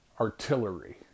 Artillery